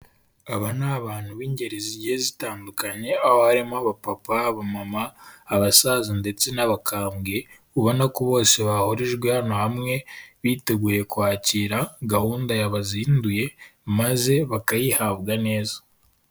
Aba ni abantu b'ingeri zigiye zitandukanye, aho harimo abapapa, abamama, abasaza ndetse n'abakambwe, ubona ko bose bahurijwe hano hamwe, biteguye kwakira gahunda yabazinduye maze bakayihabwa neza.